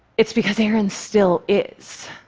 it's because aaron still is.